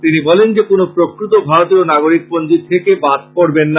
তিনি বলনে যে কোন প্রকৃত ভারতীয় নাগরিক পঞ্জী থেকে বাদ পড়বে না